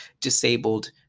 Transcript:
disabled